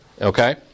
okay